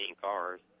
cars